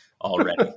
already